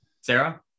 sarah